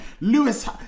Lewis